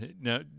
Now